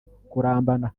kurambana